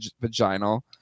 vaginal